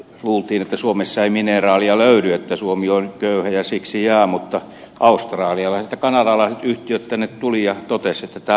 luultiin että suomesta ei mineraaleja löydy että suomi on köyhä ja siksi jää mutta australialaiset ja kanadalaiset yhtiöt tänne tulivat ja totesivat että täällä on